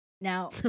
Now